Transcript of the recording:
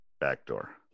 Backdoor